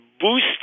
boost